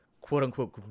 quote-unquote